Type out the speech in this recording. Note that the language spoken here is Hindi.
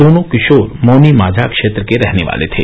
दोनों किशोर मौनी माझा क्षेत्र के रहने वाले थे